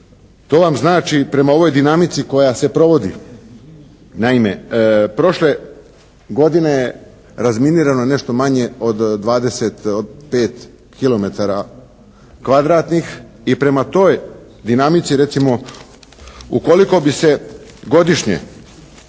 to vam znači prema ovoj dinamici koja se provodi, naime prošle godine je razminirano nešto manje od 25 km2 i prema toj dinamici recimo ukoliko bi se godišnje